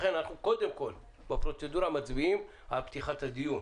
לכן אנחנו קודם כל בפרוצדורה מצביעים על פתיחת הדיון.